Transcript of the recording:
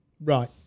Right